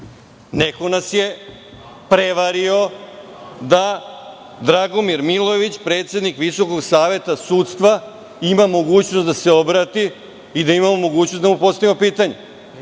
neko nas je prevario da Dragomir Milojević, predsednik Visokog saveta sudstva ima mogućnost da se obrati i da imamo mogućnost da mu postavimo pitanje.